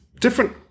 different